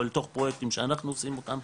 או אל תוך פרויקטים שאנחנו עושים אותם,